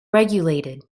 regulated